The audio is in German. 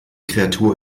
kreatur